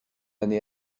année